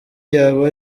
yaba